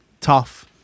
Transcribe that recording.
tough